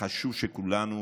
וחשוב שכולנו